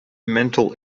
mental